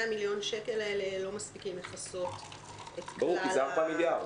מיליון השקלים האלה לא מספיקים לכסות את כלל התשלומים.